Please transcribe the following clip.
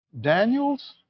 Daniels